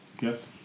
Yes